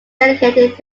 dedicated